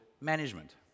management